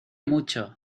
mucho